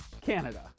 Canada